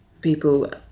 people